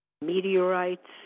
meteorites